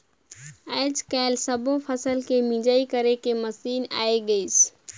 आयज कायल सब्बो फसल के मिंजई करे के मसीन आये गइसे